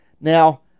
Now